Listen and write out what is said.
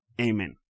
Amen